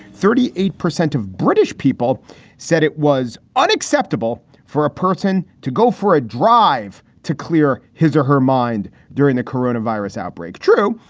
thirty eight percent of british people said it was unacceptable for a person to go for a drive to clear his or her mind during the corona virus outbreak. true.